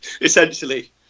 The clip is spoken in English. Essentially